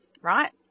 right